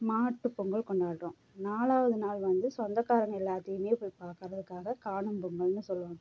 மாட்டு பொங்கல் கொண்டாடுறோம் நாலாவது நாள் வந்து சொந்தகாரங்க எல்லாத்தையும் போய் பார்க்கறதுக்காக காணும் பொங்கல்னு சொல்லுவாங்க